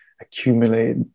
accumulate